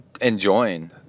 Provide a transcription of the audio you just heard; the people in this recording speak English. enjoying